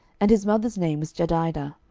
and his mother's name was jedidah,